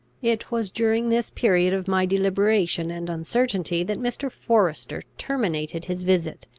it was during this period of my deliberation and uncertainty that mr. forester terminated his visit.